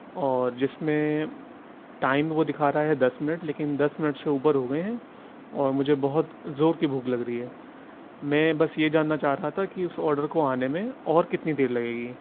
اور جس میں ٹائم وہ دکھا رہا ہے دس منٹ لیکن دس منٹ سے اوپر ہو گئے ہیں اور مجھے بہت زور کی بھوک لگ رہی ہے میں بس یہ جاننا چاہ رہا تھا کہ اس آڈر کو آنے میں اور کتنی دیر لگے گی